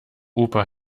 opa